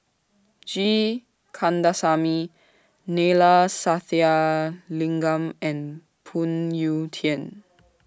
G Kandasamy Neila Sathyalingam and Phoon Yew Tien